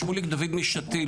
שמוליק דוד מ-'שתיל'.